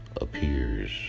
appears